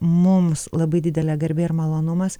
mums labai didelė garbė ir malonumas